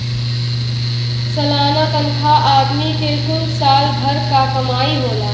सलाना तनखा आदमी के कुल साल भर क कमाई होला